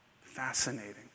Fascinating